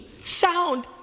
sound